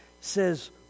says